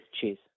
Cheers